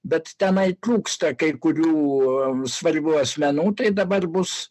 bet tenai trūksta kai kurių svarbių asmenų tai dabar bus